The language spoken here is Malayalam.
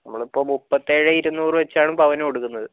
നമ്മളിപ്പോൾ മുപ്പത്തി ഏഴ് ഇരുന്നൂറു വെച്ചാണ് പവന് കൊടുക്കുന്നത്